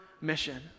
mission